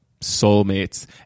soulmates